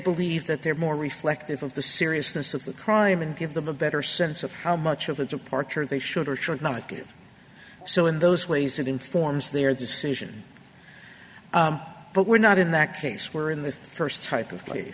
believe that they're more reflective of the seriousness of the crime and give them a better sense of how much of a departure they should or should not give so in those ways it informs their decision but we're not in that case we're in the first type of place